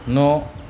न'